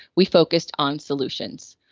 we focused on solutions.